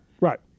right